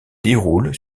déroule